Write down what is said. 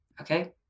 Okay